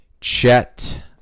Chet